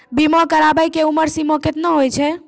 बीमा कराबै के उमर सीमा केतना होय छै?